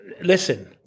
Listen